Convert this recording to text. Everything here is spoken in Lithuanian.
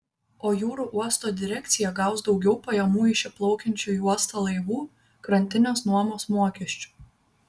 o jūrų uosto direkcija gaus daugiau pajamų iš įplaukiančių į uostą laivų krantinės nuomos mokesčių